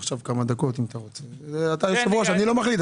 אתה היושב-ראש, אני לא מחליט.